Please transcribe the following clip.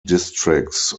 districts